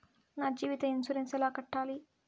నా జీవిత ఇన్సూరెన్సు ఎలా కట్టాలి?